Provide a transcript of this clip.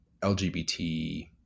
LGBT